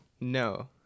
no